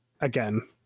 again